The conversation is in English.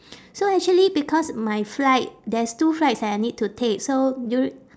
so actually because my flight there's two flights that I need to take so duri~